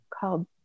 called